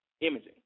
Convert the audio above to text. imaging